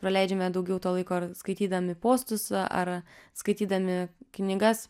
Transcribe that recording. praleidžiame daugiau to laiko ar skaitydami postus ar skaitydami knygas